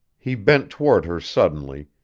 he bent toward her suddenly,